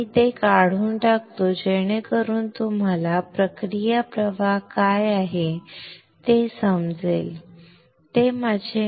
मी ते काढून टाकतो जेणेकरुन तुम्हाला प्रक्रिया प्रवाह काय आहेत ते पाहू शकता